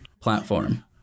platform